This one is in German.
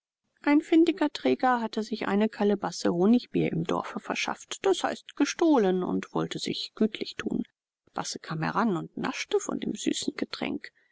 ein findiger träger hatte sich eine kalebasse honigbier im dorfe verschafft d h gestohlen und wollte sich gütlich tun basse kam heran und naschte von dem süßen getränk